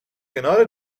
کنار